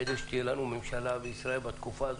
כדי שתהיה לנו ממשלה בישראל בתקופה הזאת.